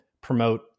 promote